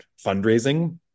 fundraising